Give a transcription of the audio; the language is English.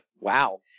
Wow